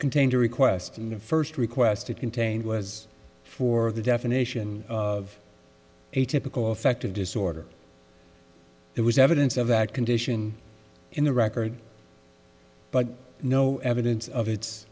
contained a request in the first requested contained was for the definition of a typical affective disorder there was evidence of that condition in the record but no evidence of its